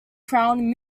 clown